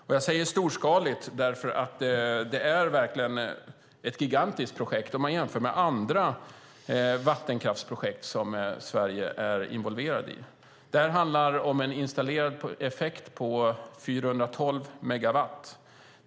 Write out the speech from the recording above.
Och jag säger storskaligt därför att det verkligen är ett gigantiskt projekt om man jämför med andra vattenkraftsprojekt som Sverige är involverat i. Det handlar om en installerad effekt på 412 megawatt.